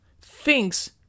thinks